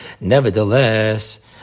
Nevertheless